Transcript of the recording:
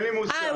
אה,